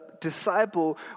disciple